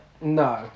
No